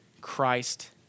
Christ